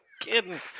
kidding